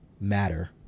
matter